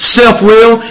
self-will